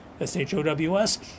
s-h-o-w-s